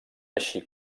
així